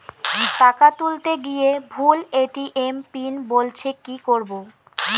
টাকা তুলতে গিয়ে ভুল এ.টি.এম পিন বলছে কি করবো?